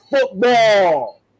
football